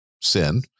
sin